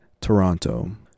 Toronto